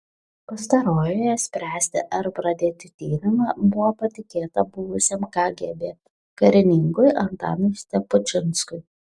pastarojoje spręsti ar pradėti tyrimą buvo patikėta buvusiam kgb karininkui antanui stepučinskui